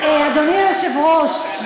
אדוני היושב-ראש,